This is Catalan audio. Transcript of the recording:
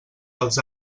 els